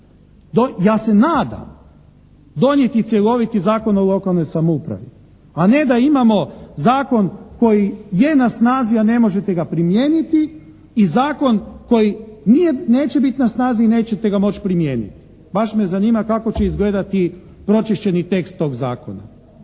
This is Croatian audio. ja se nadam donijeti cjeloviti zakon o lokalnoj samoupravi, a ne da imamo zakon koji je na snazi, a ne možete ga primijeniti i zakon koji nije, neće biti na snazi i nećete ga moći primijeniti. Baš me zanima kako će izgledati pročišćeni tekst toga zakona.